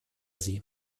sie